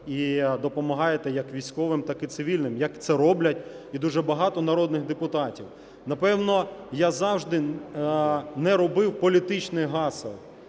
і допомагаєте як військовим, так і цивільним, як це роблять і дуже багато народних депутатів. Напевно, я завжди не робив політичних гасел.